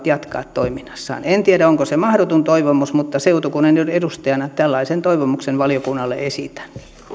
jatkaa toiminnassaan en tiedä onko se mahdoton toivomus mutta seutukunnan edustajana tällaisen toivomuksen valiokunnalle esitän